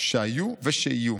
שהיו ושיהיו.